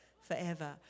forever